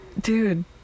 dude